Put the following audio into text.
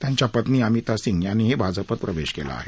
त्यांची पत्नी अमिता सिंग यांनही भाजपात प्रवेश केला आहे